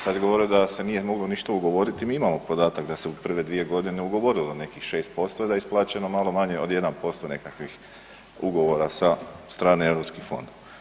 Sad govore da se ništa nije moglo ništa ugovoriti, mi imamo podatak da se u prve 2 g. ugovorilo nekih 6% a da je isplaćeno malo manje od 1% nekakvih ugovora sa strane europskih fondova.